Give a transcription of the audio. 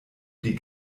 die